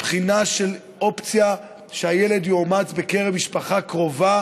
ובחינה של אופציה שהילד יאומץ בקרב משפחה קרובה,